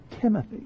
Timothy